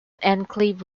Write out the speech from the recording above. enclave